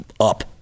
Up